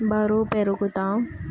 బరువు పెరుగుతా